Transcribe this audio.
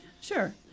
Sure